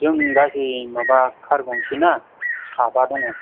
जों गासै माबा कार गंसे ना साबा दङ